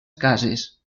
cases